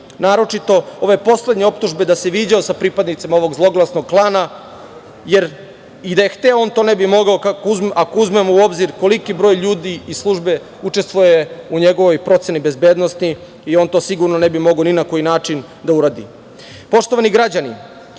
naročito ove poslednje optužbe da se viđao sa pripadnicima ovog zloglasnog klana, jer i da je hteo, on to ne bi mogao. Ako uzmemo u obzir koliki broj ljudi i službe učestvuje u njegovoj proceni bezbednosti i on to sigurno ne bi mogao ni na koji način da uradi. Poštovani građani,